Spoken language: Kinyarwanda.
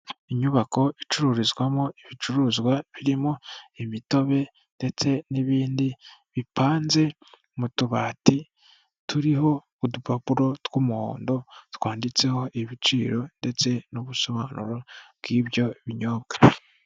Inyubako icururizwamo ibicuruzwa birimo imitobe ndetse n'ibindi bipanze mu tubati turiho udupapuro tw'umuhondo, twanditseho ibiciro ndetse n'ubusobanuro bw'ibyo binyobwa.